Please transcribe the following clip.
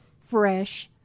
fresh